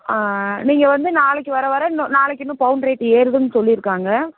ஆ ஆ நீங்கள் வந்து நாளைக்கு வர வர இன்னும் நாளைக்கு இன்னும் பவுன் ரேட் ஏறுதுன்னு சொல்லி இருக்காங்க